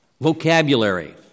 vocabulary